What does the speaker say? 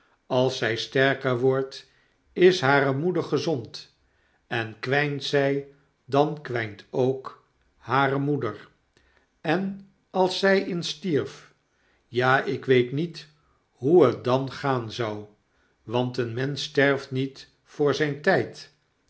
als zy sterker wordt is hare moeder gezond en kwynt zy dan kwijnt ook hare moeder en als zy eens stierf ja ikweet niet hoe het dan gaan zou want een mensch sterft niet voor zyn tyd